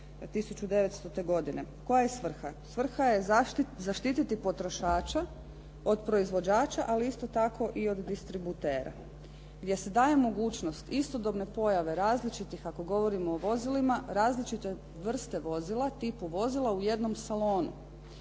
1900. godine. Koja je svrha? Svrha je zaštititi potrošača od proizvođača, ali isto tako i od distributera, gdje se daje mogućnost istodobne pojave različitih, ako govorimo o vozilima, različite vrste vozila, tipu vozila u jednom salonu.